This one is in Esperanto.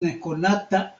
nekonata